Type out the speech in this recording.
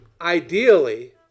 ideally